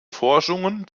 forschungen